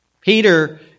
Peter